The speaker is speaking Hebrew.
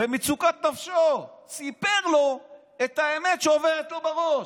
ובמצוקת נפשו סיפר לו את האמת שעוברת לו בראש.